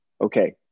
okay